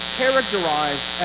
characterized